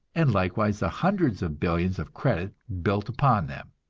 and likewise the hundreds of billions of credit built upon them.